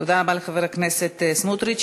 תודה רבה לחבר הכנסת סמוטריץ.